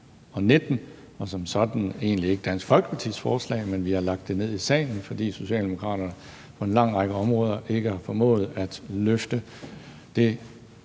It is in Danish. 2019, og som sådan egentlig ikke Dansk Folkepartis forslag? Men vi har lagt det frem i Folketingssalen, fordi Socialdemokraterne på en lang række områder ikke har formået at løfte det